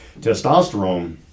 Testosterone